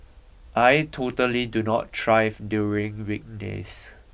I totally do not drive during weekdays